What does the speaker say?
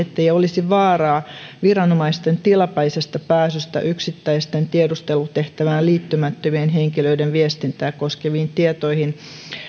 ettei olisi vaaraa viranomaisten tilapäisestä pääsystä yksittäisten tiedustelutehtävään liittymättömien henkilöiden viestintää koskeviin tietoihin